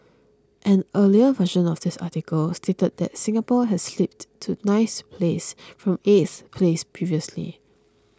an earlier version of this article stated that Singapore had slipped to ninth place from eighth place previously